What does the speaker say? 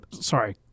Sorry